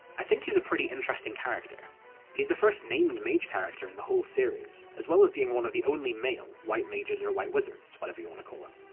i think he's a pretty interesting character he's the first named mage character in the whole series, as well as being one of the only male white mages or white wizards, whatever you want to call him.